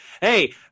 Hey